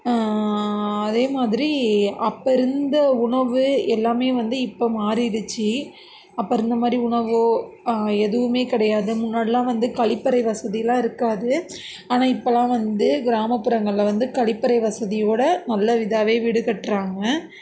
அதே மாதிரி அப்போ இருந்த உணவு எல்லாம் வந்து இப்போது மாறிடுச்சு அப்போ இருந்த மாதிரி உணவோ எதுவுமே கிடையாது முன்னாடிலாம் வந்து கழிப்பறை வசதியெல்லாம் இருக்காது ஆனால் இப்போதெல்லாம் வந்து கிராமப்புறங்களில் வந்து கழிப்பறை வசதியோடு நல்ல இதாகவே வீடு கட்டுறாங்க